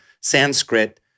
Sanskrit